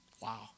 Wow